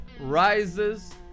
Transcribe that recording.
rises